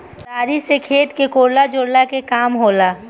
कुदारी से खेत के कोड़ला झोरला के काम होला